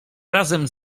razem